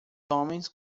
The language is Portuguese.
homens